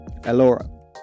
Elora